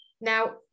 Now